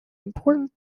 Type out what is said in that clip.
important